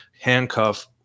handcuff